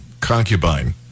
concubine